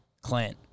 Clint